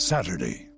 Saturday